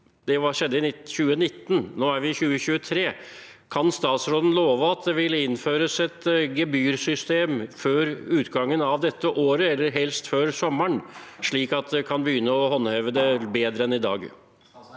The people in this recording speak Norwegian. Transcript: Det skjedde i 2019. Nå er vi i 2023. Kan statsråden love at det vil innføres et gebyrsystem før utgangen av dette året, eller helst før sommeren, slik at en kan begynne å håndheve det bedre enn i dag?